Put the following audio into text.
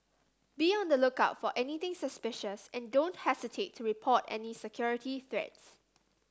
be on the lookout for anything suspicious and don't hesitate to report any security threats